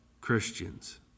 Christians